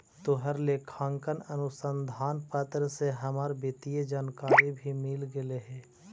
तोहर लेखांकन अनुसंधान पत्र से हमरा वित्तीय जानकारी भी मिल गेलई हे